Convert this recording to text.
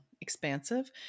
expansive